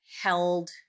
held